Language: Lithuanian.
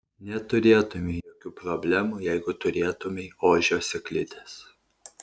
neturėtumei jokių problemų jeigu turėtumei ožio sėklides